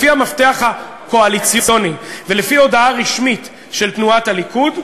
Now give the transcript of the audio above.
לפי המפתח הקואליציוני ולפי הודעה רשמית של תנועת הליכוד,